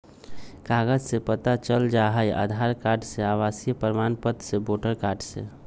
कागज से पता चल जाहई, आधार कार्ड से, आवासीय प्रमाण पत्र से, वोटर कार्ड से?